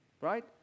right